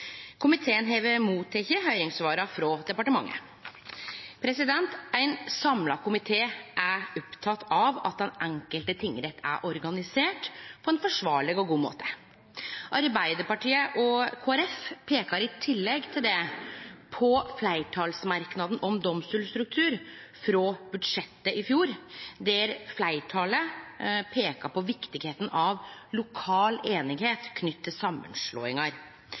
Komiteen har motteke høyringssvara frå departementet. Ein samla komité er oppteken av at den enkelte tingrett er organisert på ein forsvarleg og god måte. Arbeidarpartiet og Kristeleg Folkeparti peikar i tillegg til det på fleirtalsmerknaden om domstolsstruktur frå budsjettet i fjor, der ein peikar på viktigheita av lokal einigheit knytt til samanslåingar.